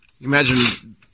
Imagine